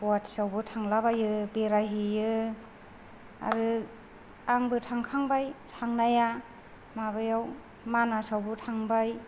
गुवाहाटिआवबो थांलाबायो बेरायहैयो आरो आंबो थांखांबाय थांनाया माबायाव मानासावबो थांबाय